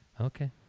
Okay